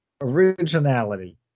Originality